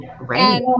right